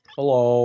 Hello